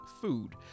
food